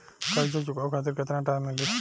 कर्जा चुकावे खातिर केतना टाइम मिली?